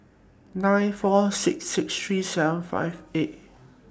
nine four six six three seven five eight